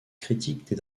critiques